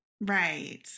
Right